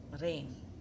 rain